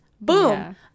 Boom